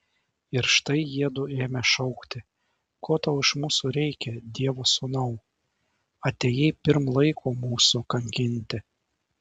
ir štai jiedu ėmė šaukti ko tau iš mūsų reikia dievo sūnau atėjai pirm laiko mūsų kankinti